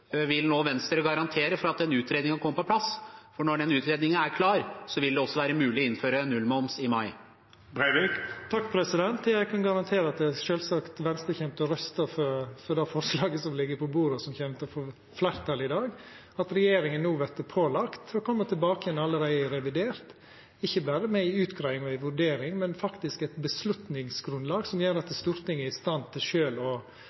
Vil nå Venstre garantere for at den utredningen kommer på plass? Når den utredningen er klar, vil det også være mulig å innføre nullmoms i mai. Eg kan garantera at Venstre sjølvsagt kjem til å røysta for det forslaget som ligg på bordet som kjem til å få fleirtal i dag, at regjeringa no vert pålagd å koma tilbake igjen allereie i revidert, ikkje berre med ei utgreiing og ei vurdering, men faktisk med eit vedtaksgrunnlag som gjer at Stortinget er i stand til